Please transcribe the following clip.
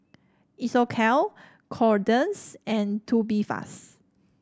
Isocal Kordel's and Tubifast